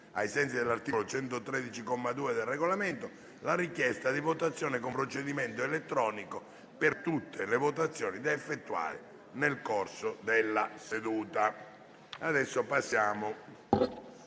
ai sensi dell'articolo 113, comma 2, del Regolamento, la richiesta di votazione con procedimento elettronico per tutte le votazioni da effettuare nel corso della seduta.